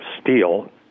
steel